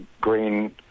green